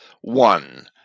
one